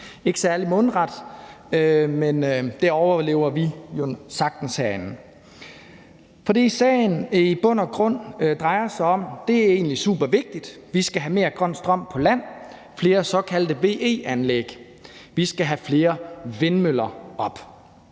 ikke særlig mundret, men det overlever vi sagtens herinde. Det, sagen i bund og grund drejer sig om, er egentlig super vigtigt. Vi skal have mere grøn strøm på land, flere såkaldte VE-anlæg, vi skal have flere vindmøller op.